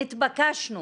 נתבקשנו